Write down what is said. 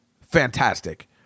fantastic